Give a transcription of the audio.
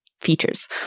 features